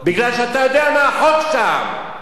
מפני שאתה יודע מה החוק שם.